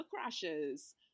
crashes